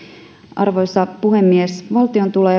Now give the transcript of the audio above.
arvoisa puhemies valtion tulee